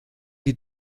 die